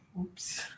Oops